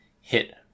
hit